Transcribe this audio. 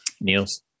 Niels